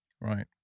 Right